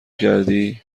کردی